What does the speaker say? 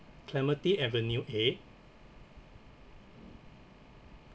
clementi avenue eight